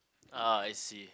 ah I see